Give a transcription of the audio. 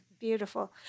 beautiful